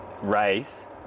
race